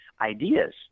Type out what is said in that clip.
ideas